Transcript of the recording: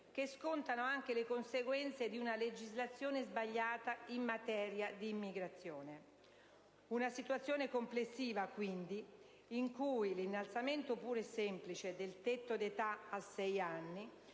che scontano anche le conseguenze di una legislazione sbagliata in materia di immigrazione. Una situazione complessiva, quindi, in cui l'innalzamento puro e semplice del tetto d'età a sei anni